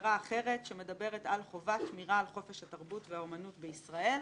הגדרה אחרת שמדברת על חובת שמירה על חופש התרבות והאמנות בישראל,